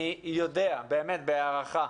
אני יודע בהערכה